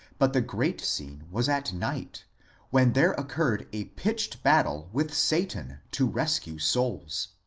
but the great scene was at night when there occurred a pitched battle with satan to rescue souls.